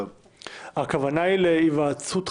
חוק הארכת תקופות וקיום דיונים בהיוועדות